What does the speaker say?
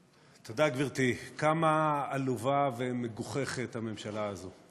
תודה, גברתי, כמה עלובה ומגוחכת הממשלה הזאת.